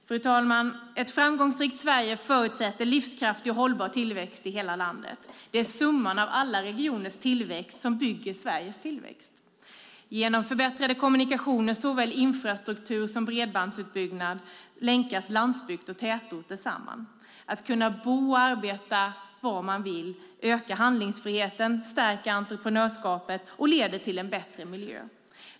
Fru talman! Ett framgångsrikt Sverige förutsätter livskraftig och hållbar tillväxt i hela landet. Det är summan av alla regioners tillväxt som bygger Sveriges tillväxt. Genom förbättrade kommunikationer, såväl infrastruktur som bredbandsutbyggnad, länkas landsbygd och tätorter samman. Att kunna bo och arbeta var man vill ökar handlingsfriheten, stärker entreprenörskapet och leder till en bättre miljö.